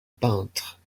peintre